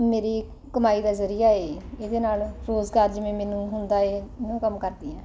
ਮੇਰੀ ਕਮਾਈ ਦਾ ਜ਼ਰੀਆ ਹੈ ਇਹਦੇ ਨਾਲ ਰੋਜ਼ਗਾਰ ਜਿਵੇਂ ਮੈਨੂੰ ਹੁੰਦਾ ਹੈ ਉਹ ਕੰਮ ਕਰਦੀ ਹਾਂ